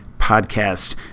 podcast